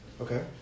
Okay